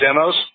demos